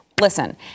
listen